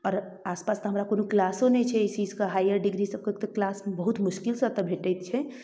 आओर आसपास तऽ हमरा कोनो किलासो नहि छै इस चीजके हाइअर डिग्री सबके किलास बहुत मोसकिलसँ ओतऽ भेटै छै